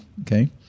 Okay